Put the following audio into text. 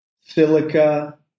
Silica